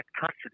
custody